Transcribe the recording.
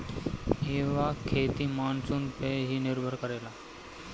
इहवा खेती मानसून पअ ही निर्भर करेला